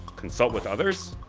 consult with others?